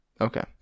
Okay